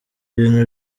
bintu